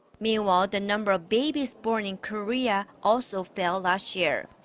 meanwhile, the number of babies born in korea also fell last year.